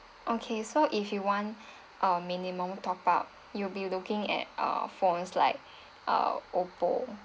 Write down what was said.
okay so if you want a minimum top up you'll be looking at uh phones like uh oppo